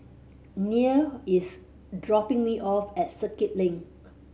Neal is dropping me off at Circuit Link